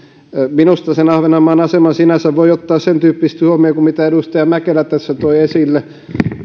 minusta sen ahvenanmaan aseman sinänsä voi ottaa sentyyppisesti huomioon kuin mitä edustaja mäkelä tässä toi esille